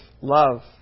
love